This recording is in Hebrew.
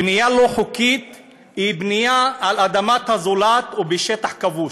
בנייה לא חוקית היא בנייה על אדמת הזולת ובשטח כבוש.